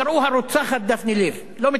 לא מתביישים, אין בושה.